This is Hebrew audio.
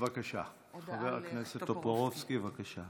חבר הכנסת טופורובסקי, בבקשה.